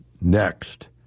Next